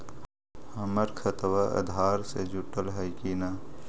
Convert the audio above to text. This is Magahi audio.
हमर खतबा अधार से जुटल हई कि न?